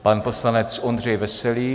Pan poslanec Ondřej Veselý.